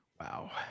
Wow